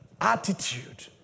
attitude